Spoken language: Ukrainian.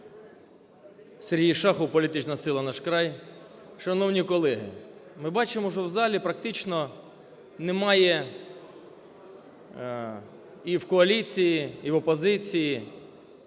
Сергій Шахов, політична сила "Наш край". Шановні колеги, ми бачимо, що в залі практично немає, і в коаліції, і в опозиції,